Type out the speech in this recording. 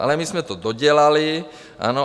Ale my jsme to dodělali, ano.